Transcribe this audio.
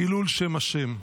חילול שם השם.